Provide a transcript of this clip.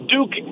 Duke